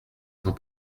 sans